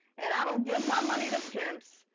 and i don't give my money to pimps,